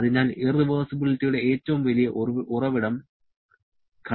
അതിനാൽ ഇറവെർസിബിലിറ്റിയുടെ ഏറ്റവും വലിയ ഉറവിടം ഘർഷണം ആണ്